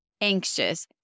anxious